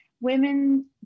women